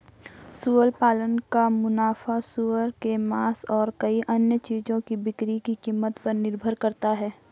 सुअर पालन का मुनाफा सूअर के मांस और कई अन्य चीजों की बिक्री की कीमत पर निर्भर करता है